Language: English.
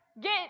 get